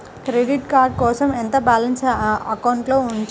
Credit card కోసం ఎంత balance అకౌంట్లో ఉంచాలి?